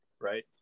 right